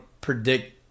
predict